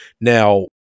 now